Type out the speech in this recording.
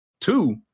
Two